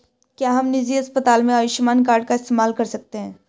क्या हम निजी अस्पताल में आयुष्मान कार्ड का इस्तेमाल कर सकते हैं?